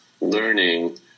learning